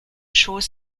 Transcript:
schoß